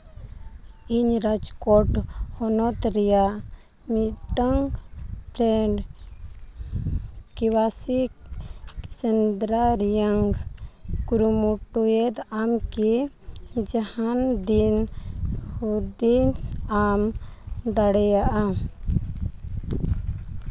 ᱤᱧ ᱨᱟᱡᱽᱠᱳᱴ ᱦᱚᱱᱚᱛ ᱨᱮᱭᱟᱜ ᱢᱤᱫᱴᱟᱝ ᱯᱷᱮᱨ ᱠᱞᱟᱥᱤᱠ ᱥᱮᱸᱫᱽᱨᱟ ᱨᱮᱭᱟᱜ ᱠᱩᱨᱩᱢᱩᱴᱩᱭᱮᱫᱟ ᱟᱢ ᱠᱤ ᱡᱟᱦᱟᱱ ᱫᱤᱱ ᱦᱩᱫᱤᱥ ᱟᱢ ᱫᱟᱲᱮᱭᱟᱜ ᱟᱢ